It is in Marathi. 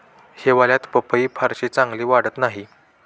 हिवाळ्यात पपई फारशी चांगली वाढत नाही